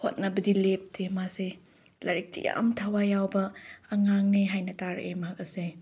ꯍꯣꯠꯅꯕꯗꯤ ꯂꯦꯞꯇꯦ ꯃꯥꯁꯦ ꯂꯥꯏꯔꯤꯛꯇꯤ ꯌꯥꯝ ꯊꯋꯥꯏ ꯌꯥꯎꯕ ꯑꯉꯥꯡꯅꯦ ꯍꯥꯏꯅ ꯇꯥꯔꯛꯑꯦ ꯃꯍꯥꯛ ꯑꯁꯦ